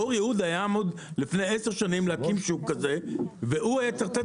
באור יהודה הייתה תכנית להקים שוק כזה והוא יהווה תחרות